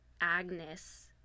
Agnes